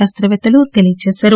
శాస్తపేత్తలు తెలియజేశారు